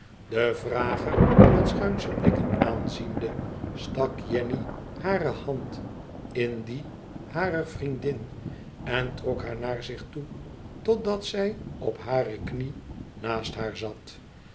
den vrager met schuinsche blikken aanziende stak jenny hare hand in die harer vriendin en trok haar naar zich toe totdat zij op hare knie naast haar zat